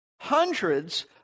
hundreds